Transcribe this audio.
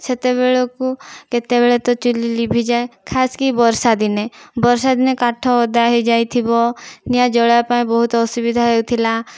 ସେତେବେଳକୁ କେତେବେଳେ ତ ଚୁଲି ଲିଭିଯାଏ ଖାସ୍ କି ବର୍ଷାଦିନେ ବର୍ଷାଦିନେ କାଠ ଓଦା ହୋଇଯାଇଥିବ ନିଆଁ ଜଳେଇବା ପାଇଁ ବହୁତ ଅସୁବିଧା ହଉଥିଲା